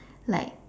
like